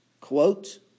quote